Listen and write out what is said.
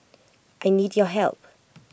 I need your help